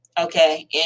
Okay